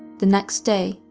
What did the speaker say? the next day,